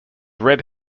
red